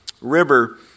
River